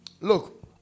Look